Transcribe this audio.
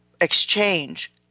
exchange